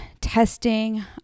testing